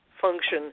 function